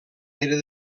pere